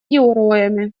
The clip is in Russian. героями